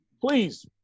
please